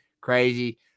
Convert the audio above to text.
crazy